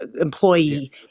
employee